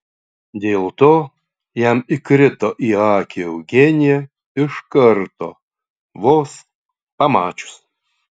dėl to jam įkrito į akį eugenija iš karto vos pamačius